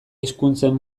hizkuntzen